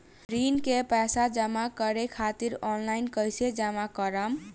ऋण के पैसा जमा करें खातिर ऑनलाइन कइसे जमा करम?